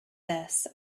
this